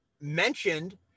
mentioned